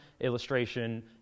illustration